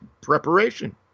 preparation